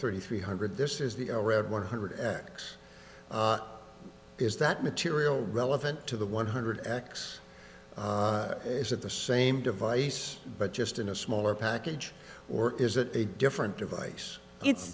thirty three hundred this is the red one hundred six is that material relevant to the one hundred x is that the same device but just in a smaller package or is it a different device it's